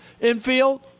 infield